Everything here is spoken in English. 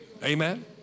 Amen